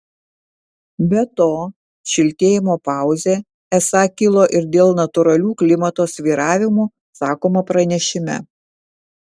be to šiltėjimo pauzė esą kilo ir dėl natūralių klimato svyravimų sakoma pranešime